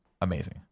amazing